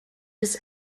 his